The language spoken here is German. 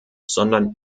sondern